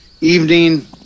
evening